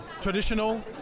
traditional